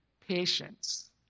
Patience